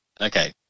okay